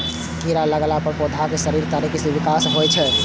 कीड़ा लगला पर पौधाक सही तरीका सं विकास नै होइ छै